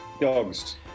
Dogs